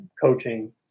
coaching